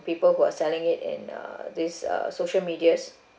people who are selling it and uh this uh social medias